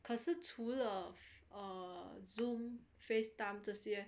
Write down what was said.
可是除了 err Zoom Face time 这些